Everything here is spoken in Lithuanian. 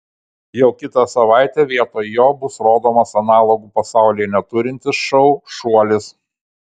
jau kitą savaitę vietoj jo bus rodomas analogų pasaulyje neturintis šou šuolis